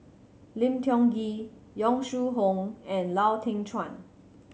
Lim Tiong Ghee Yong Shu Hoong and Lau Teng Chuan